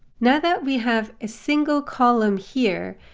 now that we have a single column here,